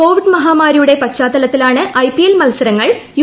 Covid മഹാമാരിയുടെ പശ്ചാത്തലത്തിലാണ് IPL മത്സരങ്ങൾ യു